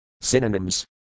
Synonyms